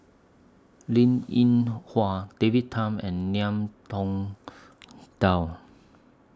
Linn in Hua David Tham and Ngiam Tong Dow